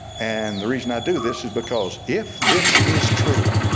and the reason i do this is because if this is true,